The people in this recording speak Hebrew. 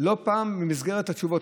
לא פעם במסגרת התשובות,